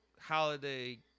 Holiday